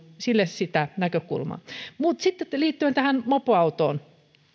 sille sitä näkökulmaa mutta sitten liittyen tähän mopoautoon